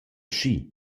schi